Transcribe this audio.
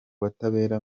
butabera